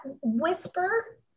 whisper